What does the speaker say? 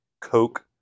coke